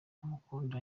umukunda